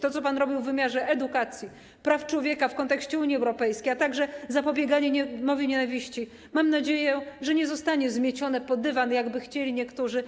To, co pan robił w wymiarze edukacji, praw człowieka, w kontekście Unii Europejskiej, a także zapobiegania mowie nienawiści, mam nadzieję, nie zostanie zamiecione pod dywan, jak chcieliby niektórzy.